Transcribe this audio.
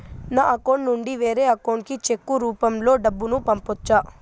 నా అకౌంట్ నుండి వేరే అకౌంట్ కి చెక్కు రూపం లో డబ్బును పంపొచ్చా?